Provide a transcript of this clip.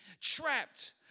trapped